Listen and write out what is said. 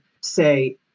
say